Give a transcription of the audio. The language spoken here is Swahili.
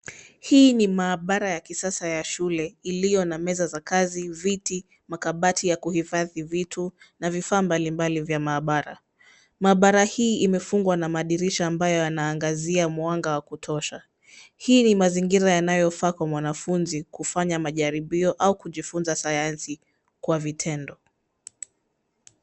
Hii ni maabara ya kisasa ya shule iliyo na meza za kazi, viti, makabati ya kuifadhi vitu na vifaa mbali mbali vya maabara. Maabara hii imefungwa na madirisha ambayo yanaangazia mwanga wa kutosha. Hii ni mazingira yanayofaa kwa mwanafunzi kufanya majaribio au kujifunza sayansi kwa vitendo.